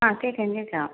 ആ കേൾക്കാം കേൾക്കാം